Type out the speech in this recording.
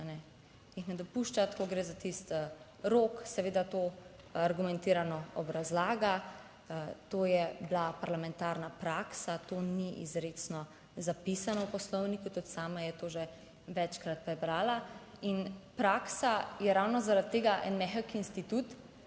Jih ne dopušča. Tako gre za tisti rok, seveda to argumentirano obrazlaga, to je bila parlamentarna praksa, to ni izrecno zapisano v poslovniku, tudi sama je to že večkrat prebrala. In praksa je ravno zaradi tega en mehek institut,